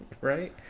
Right